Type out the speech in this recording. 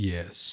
Yes